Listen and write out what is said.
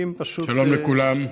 שלום לכולם.